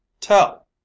tell